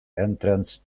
entrance